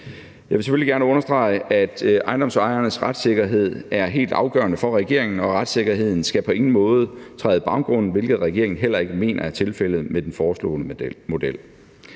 Jeg vil selvfølgelig gerne understrege, at ejendomsejernes retssikkerhed er helt afgørende for regeringen, og retssikkerheden skal på ingen måde træde i baggrunden, hvilket regeringen heller ikke mener er tilfældet med den foreslåede model.